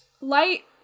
light